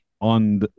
on